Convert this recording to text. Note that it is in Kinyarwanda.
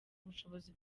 ubushobozi